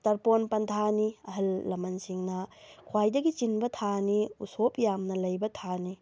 ꯇ꯭ꯔꯄꯣꯟ ꯄꯟꯊꯥꯅꯤ ꯑꯍꯜ ꯂꯃꯜꯁꯤꯡꯅ ꯈ꯭ꯋꯥꯏꯗꯒꯤ ꯆꯤꯟꯕ ꯊꯥꯅꯤ ꯎꯁꯣꯞ ꯌꯥꯝꯅ ꯂꯩꯕ ꯊꯥꯅꯤ